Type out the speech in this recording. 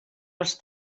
els